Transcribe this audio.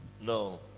No